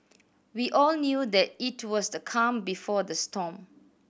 we all knew that it was the calm before the storm